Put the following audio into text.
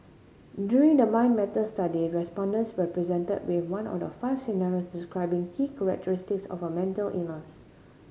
during the Mind Matters study respondents were presented with one of five scenarios describing key characteristics of a mental illness